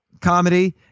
Comedy